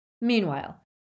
Meanwhile